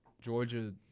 Georgia